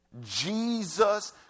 Jesus